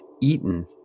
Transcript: eaten